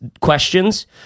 questions